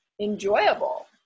enjoyable